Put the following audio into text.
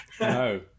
No